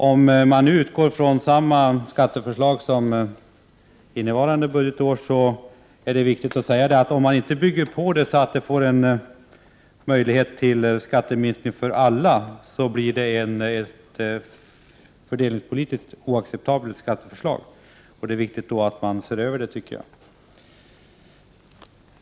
Om inte det nuvarande skatteförslaget ändras så att alla inkomsttagare får en skattesänkning, då är förslaget fördelningspolitiskt oacceptabelt. Det är alltså viktigt att det ses över.